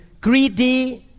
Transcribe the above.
greedy